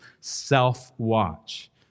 self-watch